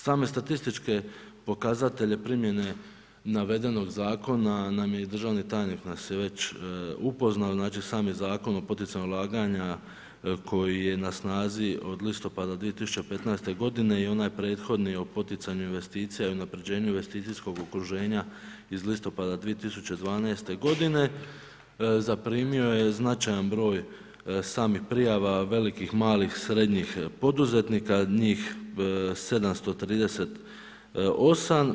Same statističke pokazatelje primjene navedenog zakona nam je i državni tajnik nas je već upoznao, znači sam je zakon o poticajnom ulaganju koji je na snazi od listopada 2015. godine i onaj prethodni o poticanju investicija i unapređenju investicijskog okruženja iz listopada 2012. godine zaprimio je značajan broj samih prijava velikih, malih, srednjih poduzetnika njih 738.